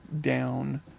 down